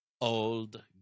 old